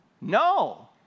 No